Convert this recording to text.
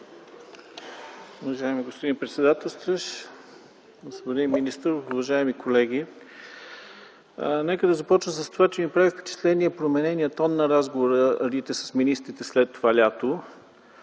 Уважаеми господин председателстващ, уважаеми господин министър, уважаеми колеги! Нека да започна с това, че ми прави впечатление променения тон на разговорите с министрите след това лято.